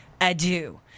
adieu